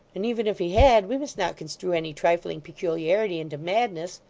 and even if he had, we must not construe any trifling peculiarity into madness.